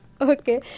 Okay